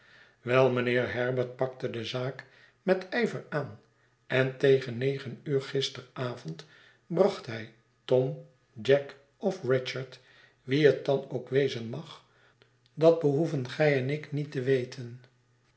wel mijnheer herbert pakte de zaak met ijver aan en tegen negen uur gisteravond bracht hij tom jack of richard wie het dan ook wezen mag dat behoeven gij en ik niet te weten